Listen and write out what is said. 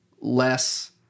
less